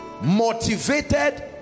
Motivated